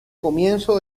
comienzo